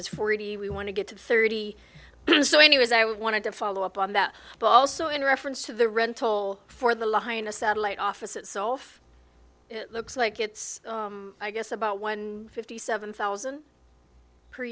is forty we want to get to thirty two so anyways i wanted to follow up on that but also in reference to the rental for the line a satellite office itself looks like it's i guess about one fifty seven thousand per